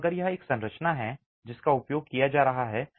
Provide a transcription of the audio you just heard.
तो अगर यह एक संरचना है जिसका उपयोग किया जा रहा है